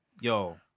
yo